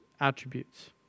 attributes